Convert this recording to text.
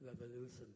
revolution